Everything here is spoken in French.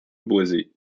boisée